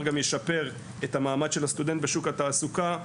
גם תשפר את המעמד של הסטודנט בשוק התעסוקה.